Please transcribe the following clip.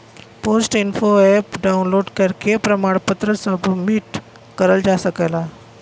post info app download करके प्रमाण पत्र सबमिट करल जा सकला